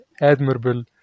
admirable